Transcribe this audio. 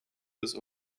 des